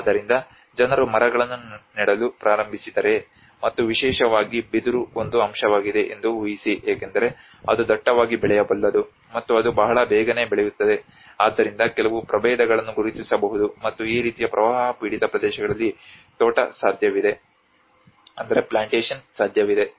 ಆದ್ದರಿಂದ ಜನರು ಮರಗಳನ್ನು ನೆಡಲು ಪ್ರಾರಂಭಿಸಿದರೆ ಮತ್ತು ವಿಶೇಷವಾಗಿ ಬಿದಿರು ಒಂದು ಅಂಶವಾಗಿದೆ ಎಂದು ಉಹಿಸಿ ಏಕೆಂದರೆ ಅದು ದಟ್ಟವಾಗಿ ಬೆಳೆಯಬಲ್ಲದು ಮತ್ತು ಅದು ಬಹಳ ಬೇಗನೆ ಬೆಳೆಯುತ್ತದೆ ಆದ್ದರಿಂದ ಕೆಲವು ಪ್ರಭೇದಗಳನ್ನು ಗುರುತಿಸಬಹುದು ಮತ್ತು ಈ ರೀತಿಯ ಪ್ರವಾಹ ಪೀಡಿತ ಪ್ರದೇಶಗಳಲ್ಲಿ ತೋಟ ಸಾಧ್ಯವಿದೆ